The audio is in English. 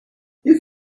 you